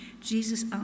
Jesus